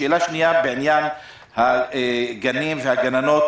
השאלה השנייה היא בעניין הגנים והגננות.